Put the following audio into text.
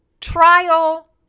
trial